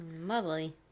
lovely